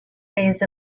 phase